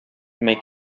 make